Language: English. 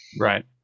Right